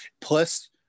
plus